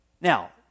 Now